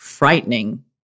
frightening